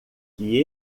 que